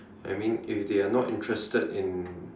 I mean if they are not interested in